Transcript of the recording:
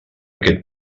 aquest